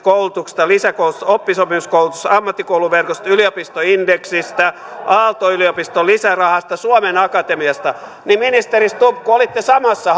koulutuksesta lisäkoulutuksesta oppisopimuskoulutuksesta ammattikouluverkosta yliopistoindeksistä aalto yliopiston lisärahasta suomen akatemiasta ministeri stubb kun olitte samassa